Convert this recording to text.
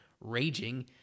raging